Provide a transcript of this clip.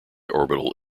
orbital